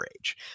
Age